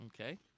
Okay